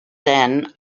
then